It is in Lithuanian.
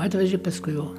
atvežė paskui jau